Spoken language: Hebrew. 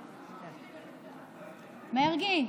מרגי,